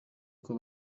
uko